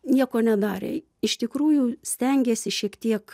nieko nedarė iš tikrųjų stengėsi šiek tiek